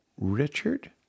Richard